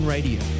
Radio